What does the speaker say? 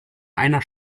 einer